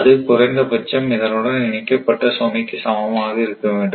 அது குறைந்த பட்சம் அதனுடன் இணைக்கப்பட்ட சுமைக்கு சமமாக இருக்க வேண்டும்